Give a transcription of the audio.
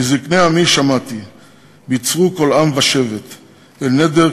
"מזקני עמי שמעתי:/ בִּצְרו כל עם ושבט,/ אל נדר,